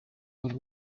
buri